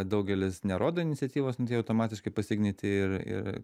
daugelis nerodo iniciatyvos nu tai jie automatiškai pas ignitį ir ir